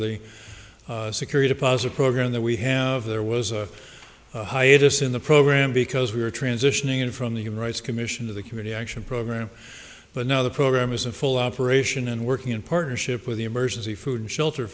the security deposit program that we have there was a hiatus in the program because we are transitioning from the human rights commission to the committee action program but now the program is a full operation and working in partnership with the emergency food and shelter